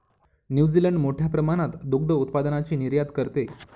New Zealand मोठ्या प्रमाणात दुग्ध उत्पादनाची निर्यात करते